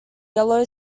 yellow